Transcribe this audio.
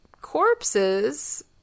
corpses